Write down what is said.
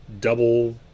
double